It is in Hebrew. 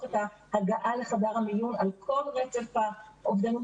את ההגעה לחדר המיון על כל רצף האובדנות.